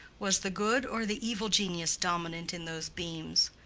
was the good or the evil genius dominant in those beams?